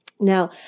Now